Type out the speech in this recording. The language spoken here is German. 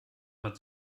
man